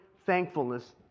thankfulness